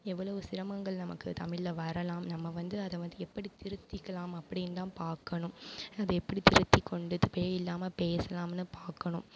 எவ்வளவு சிரமங்கள் நமக்கு தமிழில் வரலாம் நம்ம வந்து அதை வந்து எப்படி திருத்திக்கலாம் அப்படின்தான் பார்க்கணும் அதை எப்படி திருத்திக்கொண்டு தப்பே இல்லாமல் பேசலாம்னு பார்க்கணும்